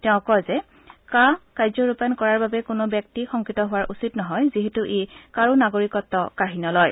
তেওঁ কয় যে কা কাৰ্য ৰূপায়ন কৰাৰ বাবে কোনো ব্যক্তি শংকিত হোৱা উচিত নহয় যিহেতু ই কাৰো নাগৰিকত্ব কাঢ়ি নলয়